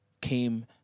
came